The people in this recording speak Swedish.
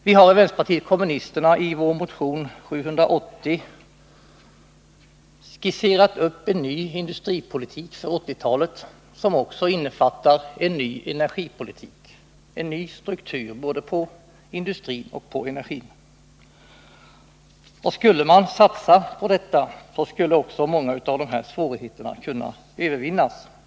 Vi i vänsterpartiet kommunisterna har i motion 780 skisserat en ny industripolitik för 1980-talet som också innefattar en ny energipolitik. Skulle vi satsa på denna nya struktur när det gäller både industrioch energipolitiken, skulle också många av våra svårigheter kunna övervinnas.